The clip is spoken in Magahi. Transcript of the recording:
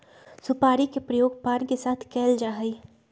सुपारी के प्रयोग पान के साथ कइल जा हई